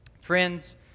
Friends